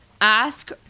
Ask